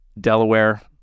Delaware